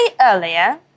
earlier